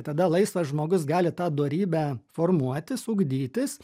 tada laisvas žmogus gali tą dorybę formuotis ugdytis